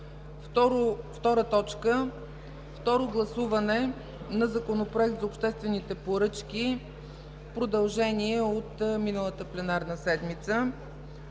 Второ гласуване на Законопроект за обществени поръчки – продължение от миналата пленарна седмица.